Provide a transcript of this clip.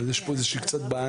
יש פה קצת בעיה